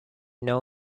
know